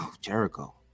jericho